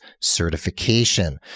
certification